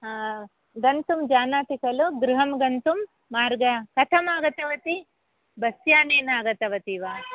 गन्तुं जानाति खलु गृहं गन्तुं मार्गः कथम् आगतवती बस्यानेन आगतवती वा